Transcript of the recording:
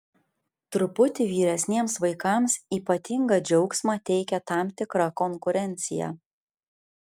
truputį vyresniems vaikams ypatingą džiaugsmą teikia tam tikra konkurencija